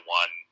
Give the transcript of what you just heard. one